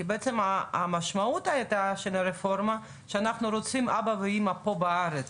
כי בעצם המשמעות של הרפורמה הייתה שאנחנו רוצים אבא ואמא פה בארץ,